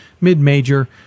mid-major